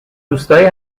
دوستایی